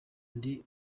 ndi